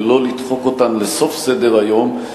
ולא לדחוק אותן לסוף סדר-היום.